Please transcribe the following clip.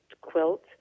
quilt